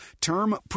term